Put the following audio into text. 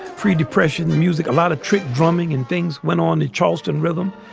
pre-depression music, a lot of trick drumming and things went on in charleston rhythm.